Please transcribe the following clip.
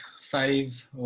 five